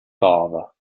father